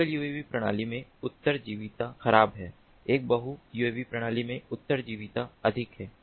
एकल यूएवी प्रणाली में उत्तरजीविता खराब है एक बहु यूएवी प्रणाली में उत्तरजीविता अधिक है